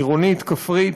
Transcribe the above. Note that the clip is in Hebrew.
עירונית, כפרית,